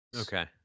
Okay